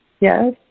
yes